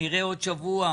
נראה עוד שבוע.